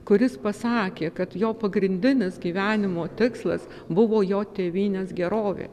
kuris pasakė kad jo pagrindinis gyvenimo tikslas buvo jo tėvynės gerovė